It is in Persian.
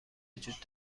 وجود